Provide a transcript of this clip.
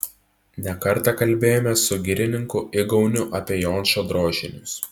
ne kartą kalbėjomės su girininku igauniu apie jončo drožinius